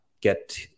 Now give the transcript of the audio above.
get